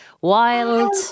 wild